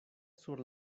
sur